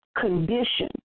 condition